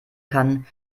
kann